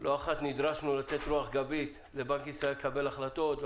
לא אחת נדרשנו לתת רוח גבית לבנק ישראל לקבל החלטות,